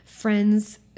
friends